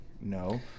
No